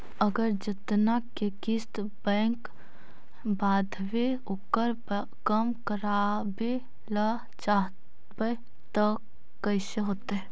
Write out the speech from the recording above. अगर जेतना के किस्त बैक बाँधबे ओकर कम करावे ल चाहबै तब कैसे होतै?